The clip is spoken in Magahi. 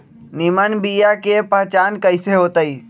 निमन बीया के पहचान कईसे होतई?